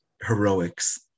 heroics